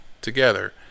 together